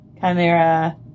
Chimera